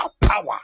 power